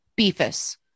Beefus